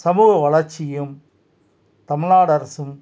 சமூக வளர்ச்சியும் தமிழ்நாடு அரசும்